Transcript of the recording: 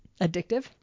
addictive